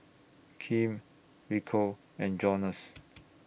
Kim Rico and Jonas